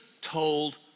told